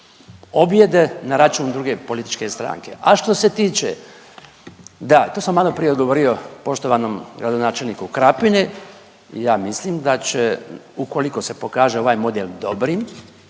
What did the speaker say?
objede na račun druge političke stranke. A što se tiče, da to sam maloprije odgovorio poštovanom gradonačelniku Krapine, ja mislim da će ukoliko se pokaže ovaj model dobrim,